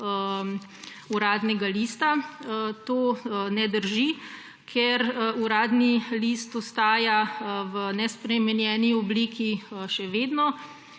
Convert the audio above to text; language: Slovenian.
Uradnega lista. To ne drži, ker Uradni list ostaja v nespremenjeni obliki še vedno